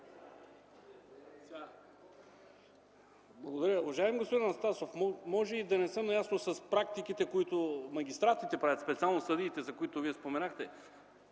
Благодаря. Уважаеми господин Анастасов, може и да не съм наясно с практиките, които магистратите правят, специално съдиите, за които Вие споменахте,